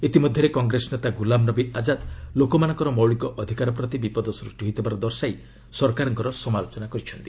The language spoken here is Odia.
ଇତିମଧ୍ୟରେ କଂଗ୍ରେସ ନେତା ଗୁଲାମନବୀ ଆଜାଦ୍ ଲୋକମାନଙ୍କର ମୌଳିକ ଅଧିକାର ପ୍ରତି ବିପଦ ସୂଷ୍ଟି ହୋଇଥିବାର ଦର୍ଶାଇ ସରକାରଙ୍କର ସମାଲୋଚନା କରିଛନ୍ତି